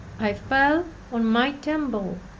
i fell on my temple.